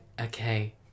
okay